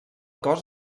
cos